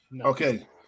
Okay